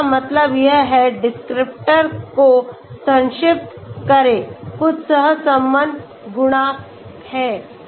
तो इसका मतलब यह है डिस्क्रिप्टर को संक्षिप्त करें कुछ सहसंबंध गुणांक है